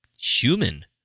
human